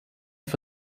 for